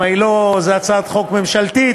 כי זאת הצעת חוק ממשלתית,